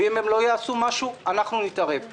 ואם הם לא יעשו משהו אנחנו נתערב.